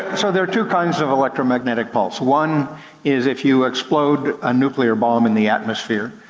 so there are two kinds of electromagnetic pulse. one is if you explode a nuclear bomb in the atmosphere,